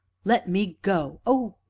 let me go oh,